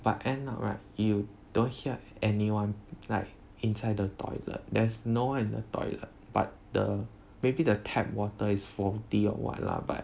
but end up right you don't hear anyone like inside the toilet there's no one in the toilet but the maybe the tap water is faulty or what lah but